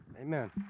Amen